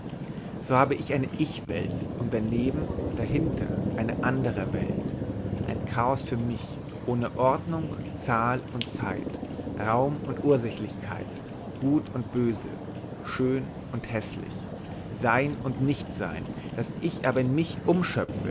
so habe ich eine ichwelt und daneben dahinter eine andere welt ein chaos für mich ohne ordnung zahl und zeit raum und ursächlichkeit gut und böse schön und häßlich sein und nichtsein das ich aber in mich umschöpfe